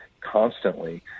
constantly